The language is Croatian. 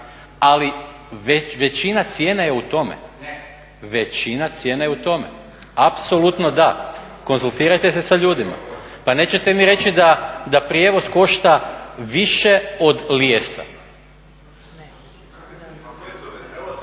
odijelu, na bilo čemu. Ali većina cijene je u tome, apsolutno da. Konzultirajte se sa ljudima. Pa nećete mi reći da prijevoz košta više od lijesa?